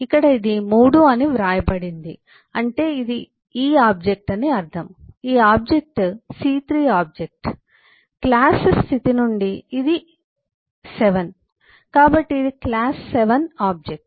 ఇక్కడ ఇది 3 అని వ్రాయబడింది అంటే ఇది ఈ ఆబ్జెక్ట్ అని అర్ధం ఈ ఆబ్జెక్ట్ C3 ఆబ్జెక్ట్ క్లాస్ స్థితి నుండి ఇది 7 కాబట్టి ఇది క్లాస్ 7 ఆబ్జెక్ట్